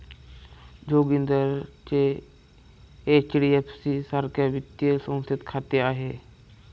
जोगिंदरचे एच.डी.एफ.सी सारख्या वित्तीय संस्थेत खाते आहे